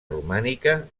romànica